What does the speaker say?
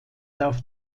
darf